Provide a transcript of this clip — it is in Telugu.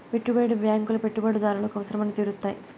పెట్టుబడి బ్యాంకులు పెట్టుబడిదారుల అవసరాలు తీరుత్తాయి